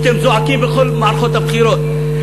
שאתם זועקים בכל מערכות הבחירות.